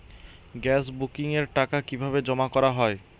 Gas বুকিংয়ের টাকা কিভাবে জমা করা হয়?